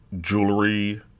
jewelry